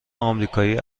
آمریکایی